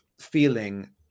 feeling